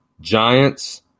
Giants